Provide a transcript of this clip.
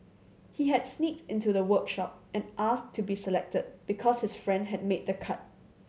he had sneaked into the workshop and asked to be selected because his friend had made the cut